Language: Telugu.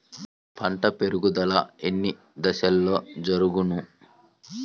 పంట పెరుగుదల ఎన్ని దశలలో జరుగును?